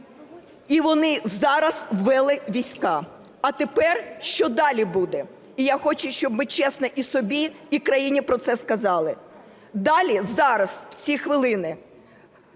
і вони зараз ввели війська. А тепер що далі буде? І я хочу, щоб ми чесно і собі і країні про це сказали: далі, зараз, в ці хвилини